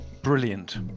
Brilliant